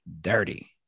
dirty